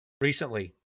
recently